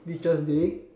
teacher's day